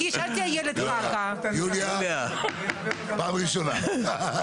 יוליה, פעם ראשונה.